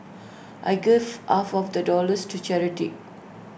I gave half of that dollars to charity